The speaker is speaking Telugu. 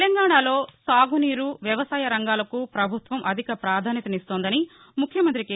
తెలంగాణాలో సాగునీరు వ్యవసాయ రంగాలకు ప్రభుత్వం అధిక ప్రాధాన్యతనిస్తోందని ముఖ్యమంత్రి కె